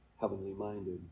heavenly-minded